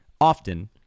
often